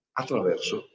attraverso